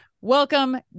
Welcome